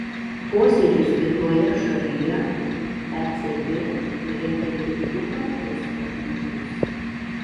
posėdžius kitoje šalyje ecb rengia tik du kartus per metus